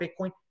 Bitcoin